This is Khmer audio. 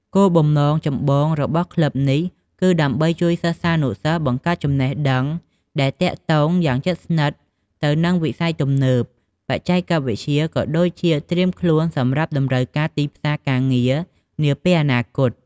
គោលបំណងចម្បងរបស់ក្លឹបនេះ គឺដើម្បីជួយសិស្សានុសិស្សបង្កើតចំណេះដឹងដែលទាក់ទងយ៉ាងជិតស្និទ្ធទៅនឹងវិស័យទំនើប បច្ចេកវិទ្យា ក៏ដូចជាត្រៀមខ្លួនសម្រាប់តម្រូវការទីផ្សារការងារនាពេលអនាគត។